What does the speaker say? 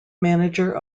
manager